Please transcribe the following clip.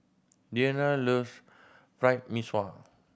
Deanna loves Fried Mee Sua